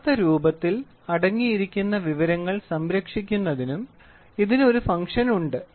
യഥാർത്ഥ രൂപത്തിൽ അടങ്ങിയിരിക്കുന്ന വിവരങ്ങൾ സംരക്ഷിക്കുന്നതിനും ഇതിന് ഒരു ഫംഗ്ഷൻ ഉണ്ട്